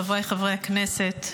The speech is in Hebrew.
חבריי חברי הכנסת,